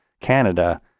Canada